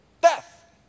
Death